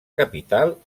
capital